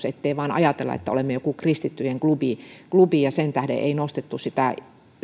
ettei vain ajatella että olemme joku kristittyjen klubi klubi ja sen tähden ei nostettu